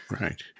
Right